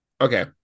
Okay